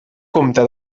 compte